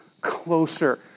closer